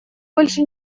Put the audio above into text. больше